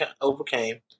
overcame